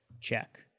Check